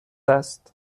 است